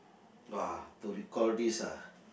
ah to recall this ah